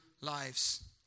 lives